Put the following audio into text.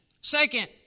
Second